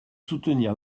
soutenir